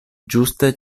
ĝuste